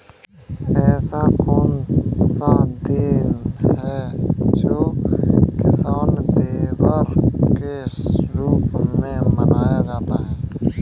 ऐसा कौन सा दिन है जो किसान दिवस के रूप में मनाया जाता है?